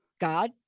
God